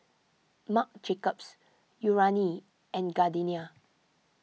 Marc Jacobs Urana and Gardenia